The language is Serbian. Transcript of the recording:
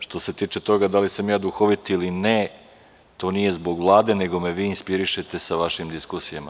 Što se tiče toga da li sam ja duhovit ili ne, to nije zbog Vlade, nego me vi inspirišete sa vašim diskusijama.